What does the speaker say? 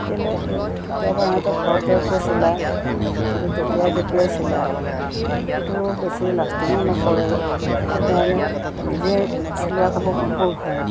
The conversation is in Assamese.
কেলে কেতিয়াবা সিহঁতে খৰধৰকৈ চিলায় কেতিয়াবা জপিয়াই জপিয়াই চিলায় সেইটো বেছি লাষ্টিঙো নকৰে সেইটো কাৰণে নিজেই চিলোৱা কাপোৰবোৰ ভাল